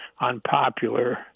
unpopular